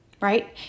Right